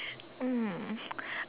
um